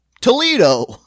Toledo